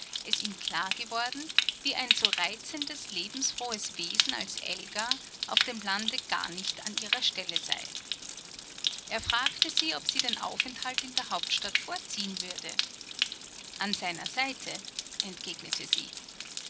es ihm klar geworden wie ein so reizendes lebensfrohes wesen als elga auf dem lande gar nicht an ihrer stelle sei er fragte sie ob sie den aufenthalt in der hauptstadt vorziehen würde an seiner seite entgegnete sie